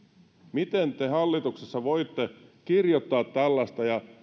miten te hallituksessa voitte kirjoittaa tällaista